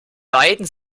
beiden